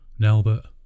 Nelbert